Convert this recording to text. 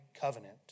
covenant